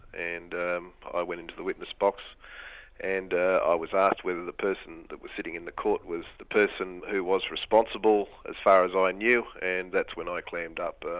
and i went into the witness box and ah i was asked whether the person that was sitting in the court was the person who was responsible as far as i knew and that's when i clammed up.